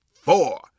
four